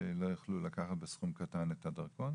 שלא יוכלו לקחת בסכום קטן את הדרכון?